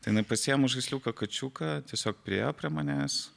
tai jinai pasiėmus žaisliuką kačiuką tiesiog priėjo prie manęs